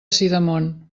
sidamon